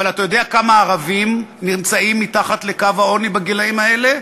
אבל אתה יודע כמה ערבים נמצאים מתחת לקו העוני בגילים האלה?